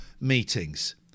meetings